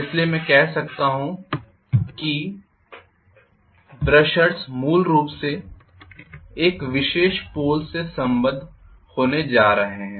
इसलिए मैं कह सकता हूं कि ब्रशर्स मूल रूप से एक विशेष पोल से संबद्ध होने जा रहे हैं